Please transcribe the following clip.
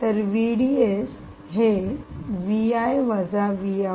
तर हे आहे जे 1